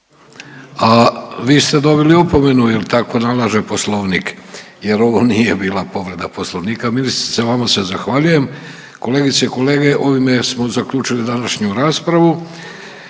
vi ste dobili opomenu jel tako nalaže poslovnik jer ovo nije bila povreda poslovnika. Ministrice, vama se zahvaljujem. Kolegice i kolege, ovime smo zaključili današnju raspravu